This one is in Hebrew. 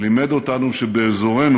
לימד אותנו שבאזורנו,